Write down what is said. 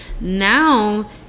Now